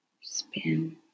Spin